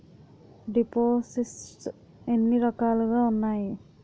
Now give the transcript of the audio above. దిపోసిస్ట్స్ ఎన్ని రకాలుగా ఉన్నాయి?